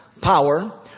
power